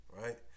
right